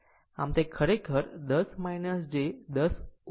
આમ તે ખરેખર 10 j 10 Ω છે